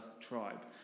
tribe